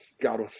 God